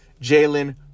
Jalen